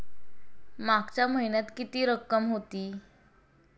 मागच्या महिन्यात किती रक्कम होती?